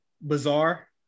bizarre